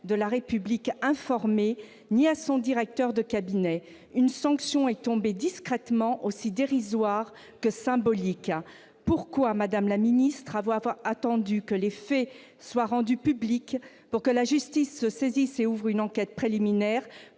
en a été informé, ni à son directeur de cabinet. Une sanction est tombée discrètement, aussi dérisoire que symbolique. Madame la garde des sceaux, pourquoi avoir attendu que les faits soient rendus publics pour que la justice se saisisse et ouvre une enquête préliminaire ?